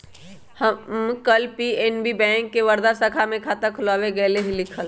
हम कल PNB bank के वर्धा शाखा में खाता खुलवावे गय लीक हल